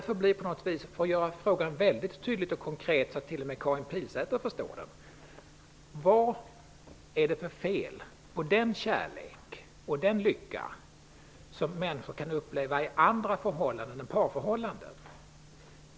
För att göra frågan mycket tydlig och konkret, så att t.o.m. Karin Pilsäter förstår den, vill jag säga: Vad är det för fel på den kärlek och den lycka som människor kan uppleva i andra förhållanden än parförhållanden?